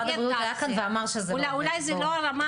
משרד הבריאות היה כאן ואמר שזה לא עובד,